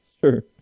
Sure